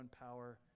power